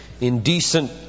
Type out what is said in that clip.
indecent